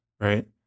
Right